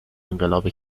انقلاب